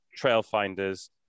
Trailfinders